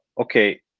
okay